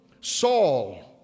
Saul